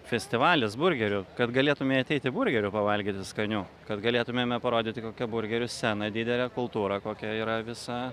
festivalis burgerių kad galėtumei ateiti burgerių pavalgyti skanių kad galėtumėme parodyti kokia burgerių scena didelė kultūra kokia yra visa